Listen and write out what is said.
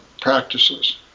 Practices